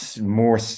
more